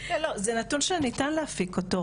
זה נתון שניתן להפיק אותו,